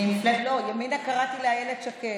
לא, ימינה, קראתי לאיילת שקד,